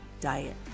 Diet